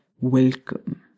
Welcome